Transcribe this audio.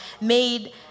made